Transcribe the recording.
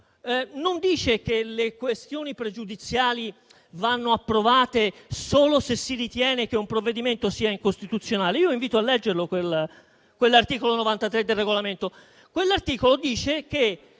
non dice che le questioni pregiudiziali vanno approvate solo se si ritiene che un provvedimento sia incostituzionale. Invito a leggere l'articolo 93 del Regolamento, il quale dice che